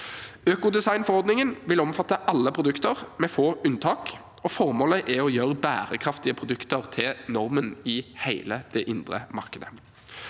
Økodesignforordningen vil omfatte alle produkter, med få unntak, og formålet er å gjøre bærekraftige produkter til normen i hele det indre markedet.